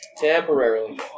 Temporarily